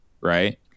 right